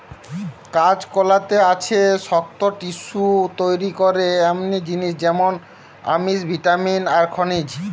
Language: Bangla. কাঁচকলাতে আছে শক্ত টিস্যু তইরি করে এমনি জিনিস যেমন আমিষ, ভিটামিন আর খনিজ